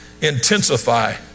intensify